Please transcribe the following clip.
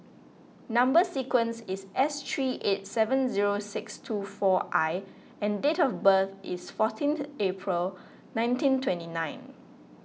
Number Sequence is S three eight seven zero six two four I and date of birth is fourteenth April nineteen twenty nine